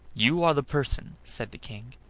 you are the person, said the king,